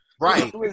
Right